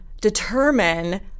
determine